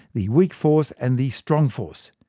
the weak force, and the strong force.